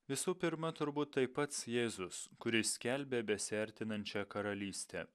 visų pirma turbūt tai pats jėzus kuris skelbia besiartinančią karalystę